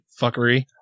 fuckery